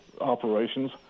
operations